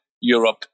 Europe